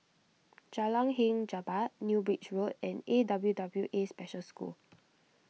Jalan Hang Jebat New Bridge Road and A W W A Special School